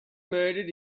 murdered